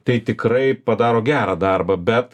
tai tikrai padaro gerą darbą bet